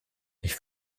ich